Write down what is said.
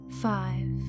five